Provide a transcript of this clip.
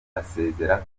asezera